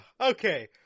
Okay